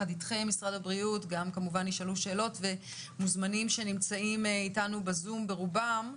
ועם מוזמנים שנמצאים איתנו בזום, ברובם.